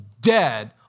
dead